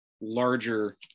larger